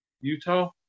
Utah